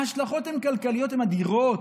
ההשלכות כלכליות הן אדירות,